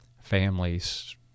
families